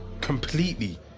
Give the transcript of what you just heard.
completely